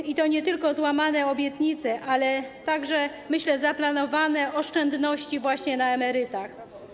I to nie tylko złamane obietnice, ale także, jak myślę, zaplanowane oszczędności właśnie na emerytach.